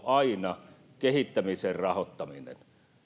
aina kehittämisen rahoittaminen